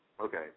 Okay